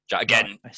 Again